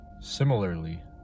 Similarly